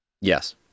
Yes